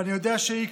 ואני יודע שהיא,